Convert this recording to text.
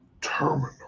terminal